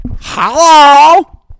hello